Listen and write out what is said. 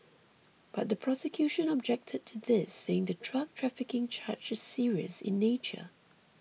but the prosecution objected to this saying the drug trafficking charge is serious in nature